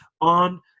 on